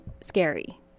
scary